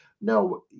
no